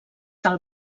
del